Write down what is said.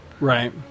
Right